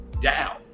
down